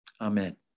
Amen